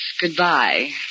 goodbye